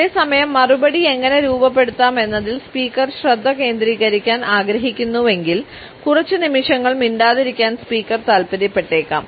അതേസമയം മറുപടി എങ്ങനെ രൂപപ്പെടുത്താമെന്നതിൽ സ്പീക്കർ ശ്രദ്ധ കേന്ദ്രീകരിക്കാൻ ആഗ്രഹിക്കുന്നുവെങ്കിൽ കുറച്ച് നിമിഷങ്ങൾ മിണ്ടാതിരിക്കാൻ സ്പീക്കർ താൽപ്പര്യപ്പെട്ടേക്കാം